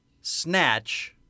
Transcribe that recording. Snatch